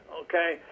Okay